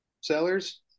sellers